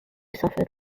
suffered